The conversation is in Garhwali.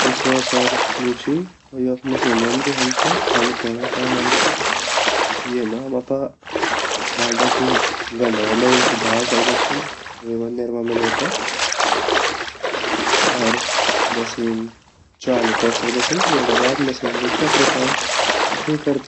डिश वॉशर जु ची योक मशीन वोन्दि जो हमा भंडा ध्वोंडा काम औंदी येमा हम अपरा भंडा जु गन्दा वांदा उ ढाल सकदा छिन वेमा निरमा मिले ते अर मशीन चालू कौर सकदा छिन वेगा बाद मशीन जु ची अप्रु काम आपही करदी।